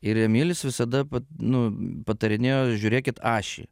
ir emilis visada nu patarinėjo žiūrėkit ašį